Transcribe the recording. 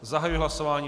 Zahajuji hlasování.